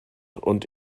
und